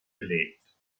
gelegt